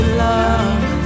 love